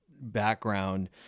background